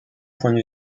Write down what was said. points